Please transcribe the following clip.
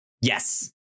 Yes